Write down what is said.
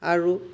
আৰু